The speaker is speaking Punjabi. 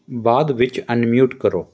ਬਾਅਦ ਵਿੱਚ ਅਨਮਿਊਟ ਕਰੋ